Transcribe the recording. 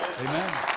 Amen